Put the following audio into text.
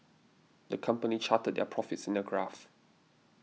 the company charted their profits in a graph